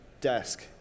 desk